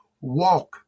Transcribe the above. walk